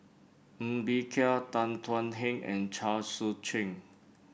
Ng Bee Kia Tan Thuan Heng and Chao Tzee Cheng